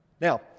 Now